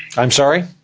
i'm sorry?